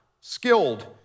skilled